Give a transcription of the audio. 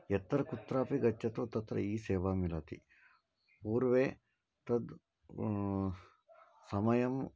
यत्र कुत्रापि गच्छतु तत्र ई सेवा मिलति पूर्वं तद् समयम्